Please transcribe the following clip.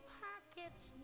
pockets